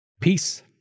Peace